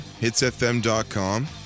hitsfm.com